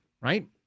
right